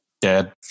Dead